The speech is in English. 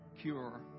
cure